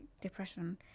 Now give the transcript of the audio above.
depression